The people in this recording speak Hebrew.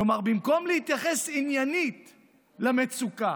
כלומר, במקום להתייחס עניינית למצוקה,